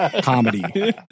comedy